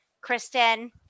Kristen